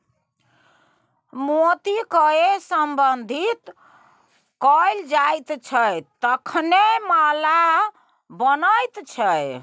मोतीकए संवर्धित कैल जाइत छै तखने माला बनैत छै